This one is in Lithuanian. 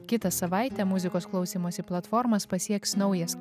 kitą savaitę muzikos klausymosi platformas pasieks naujas